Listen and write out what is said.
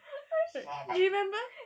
oh shit